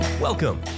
Welcome